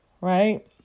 right